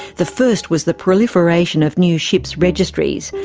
the first was the proliferation of new ships' registries,